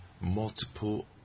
multiple